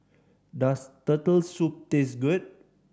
does Turtle Soup taste good